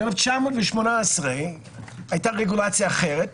ב-1918 הייתה רגולציה אחרת,